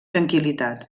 tranquil·litat